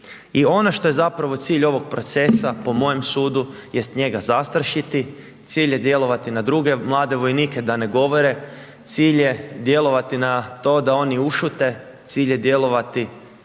i ono što je zapravo cilj ovog procesa, po mojem sudu jest njega zastrašiti, cilj je djelovati na druge mlade vojnike da ne govore, cilj je djelovati na to da oni ušute, cilj je djelovati,